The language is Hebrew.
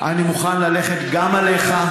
אני מוכן ללכת גם עליך.